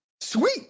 sweet